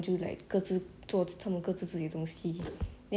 sometimes I hardly speak with them in a day so